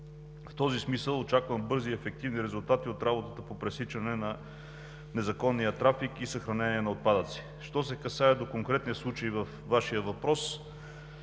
В този смисъл очаквам бързи и ефективни резултати от работата по пресичане на незаконния трафик и съхранение на отпадъците. Що се касае до конкретния случай във вашия въпрос